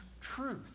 truth